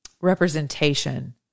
representation